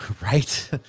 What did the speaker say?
right